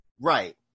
Right